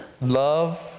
Love